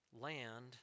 land